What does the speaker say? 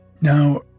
Now